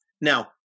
Now